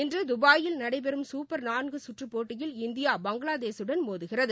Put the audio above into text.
இன்று துபாயில் நடைபெறும் சூப்பர் நான்கு சுற்று போட்டியில் இந்தியா பங்களாதேசுடன் மோதுகிறது